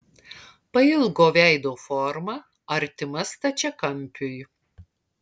pailgo veido forma artima stačiakampiui